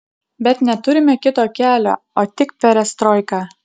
bet neturime kito kelio o tik perestroiką